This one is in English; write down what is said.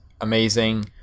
amazing